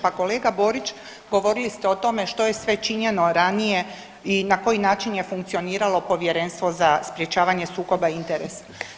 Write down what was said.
Pa kolega Borić govorili ste o tome što je sve činjeno ranije i na koji način je funkcioniralo Povjerenstvo za sprječavanje sukoba interesa.